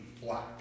black